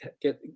get